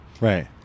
Right